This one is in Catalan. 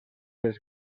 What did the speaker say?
les